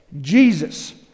Jesus